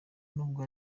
nubwo